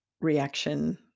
reaction